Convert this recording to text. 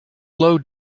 low